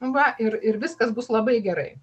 nu va ir ir viskas bus labai gerai